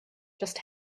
just